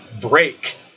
break